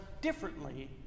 differently